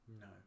No